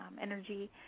energy